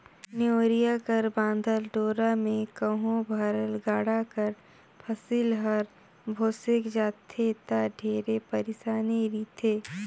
नेवरिया कर बाधल डोरा मे कहो भरल गाड़ा कर फसिल हर भोसेक जाथे ता ढेरे पइरसानी रिथे